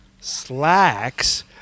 slacks